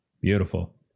beautiful